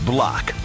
Block